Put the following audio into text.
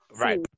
Right